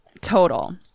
total